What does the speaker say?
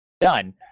done